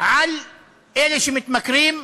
על אלה שמתמכרים.